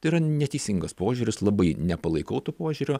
tai yra neteisingas požiūris labai nepalaikau to požiūrio